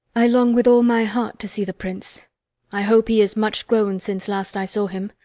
i long with all my heart to see the prince i hope he is much grown since last i saw him.